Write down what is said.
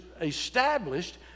established